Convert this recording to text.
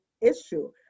issue